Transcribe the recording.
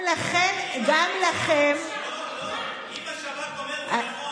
אם השב"כ אומר, זה נכון.